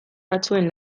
batzuen